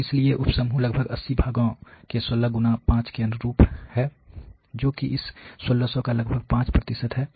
तो इसलिए उप समूह लगभग 80 भागों के 16 गुना 5 के अनुरूप हैं जो कि इस 1600 का लगभग 5 प्रतिशत है